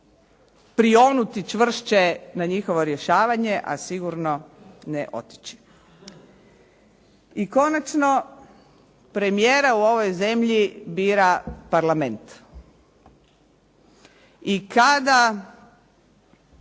prionuti čvršće na njihovo rješavanje, a sigurno ne otići. I konačno, premijera u ovoj zemlji bira Parlament. I kada